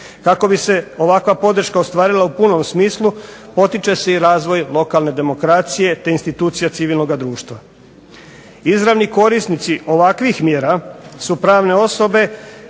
Kako bi se ovakva podrška ostvarila u punom smislu potiče se razvoj lokalne demokracije te institucije civilnog društva. Izravni korisnici ovakvih mjera su pravne osobe